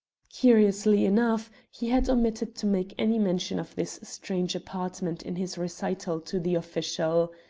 curiously enough, he had omitted to make any mention of this strange apartment in his recital to the official.